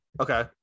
okay